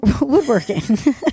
woodworking